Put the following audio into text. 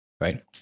Right